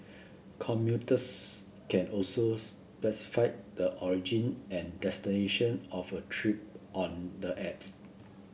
commuters can also specify the origin and destination of a trip on the apps